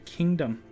Kingdom